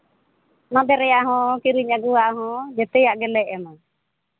ᱢᱟᱫᱮᱨᱮᱭᱟᱜ ᱦᱚᱸ ᱠᱤᱨᱤᱧ ᱟᱹᱜᱩᱣᱟᱜ ᱦᱚᱸ ᱡᱚᱛᱚᱣᱟᱜ ᱜᱮᱞᱮ ᱮᱢᱼᱟ